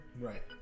Right